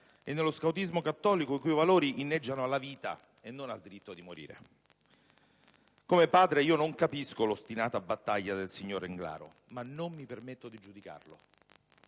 e nello scoutismo cattolico, i cui valori inneggiano alla vita e non al diritto di morire. Come padre non capisco l'ostinata battaglia del signor Englaro, ma non mi permetto di giudicarlo;